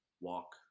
Walk